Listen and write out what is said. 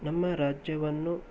ನಮ್ಮ ರಾಜ್ಯವನ್ನು